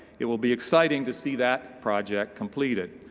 it will be exciting to see that project completed.